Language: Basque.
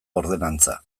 ordenantza